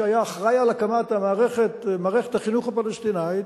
שהיה אחראי להקמת מערכת החינוך הפלסטינית,